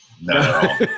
No